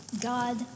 God